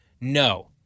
no